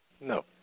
No